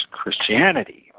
Christianity